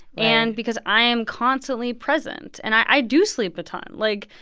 and because i am constantly present. and i do sleep a ton. like,